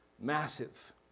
massive